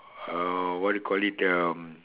uh what you call it the